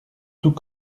tout